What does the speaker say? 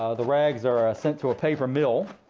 ah the rags are ah sent to a paper mill.